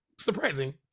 surprising